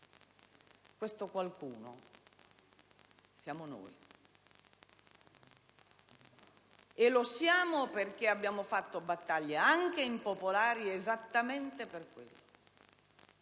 questo qualcuno siamo noi. Lo siamo perché abbiamo fato battaglie, anche impopolari, esattamente per